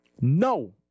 No